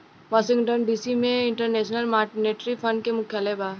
Washington DC में international monetary fund के मुख्यालय बा